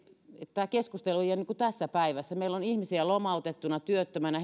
tämä keskustelu ei ole niin kuin tässä päivässä meillä on ihmisiä lomautettuna työttömänä